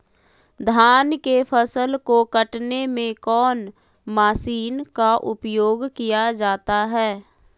धान के फसल को कटने में कौन माशिन का उपयोग किया जाता है?